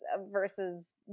versus